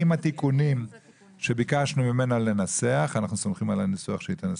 עם התיקונים שביקשנו ממנה לנסח ואנחנו סומכים על הניסוח שלה.